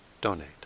donate